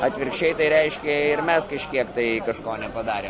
atvirkščiai tai reiškia ir mes kažkiek tai kažko nepadarėm